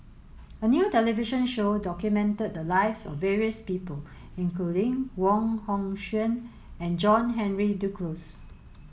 a new television show documented the lives of various people including Wong Hong Suen and John Henry Duclos